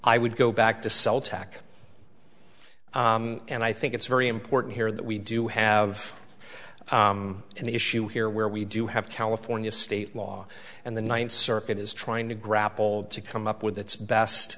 i would go back to sell tack and i think it's very important here that we do have an issue here where we do have california state law and the ninth circuit is trying to grapple to come up with its best